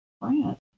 France